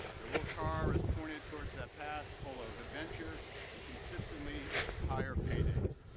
your little car is pointed towards that path full of adventure and consistently higher pay days.